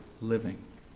living